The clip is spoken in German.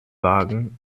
wagen